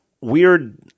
weird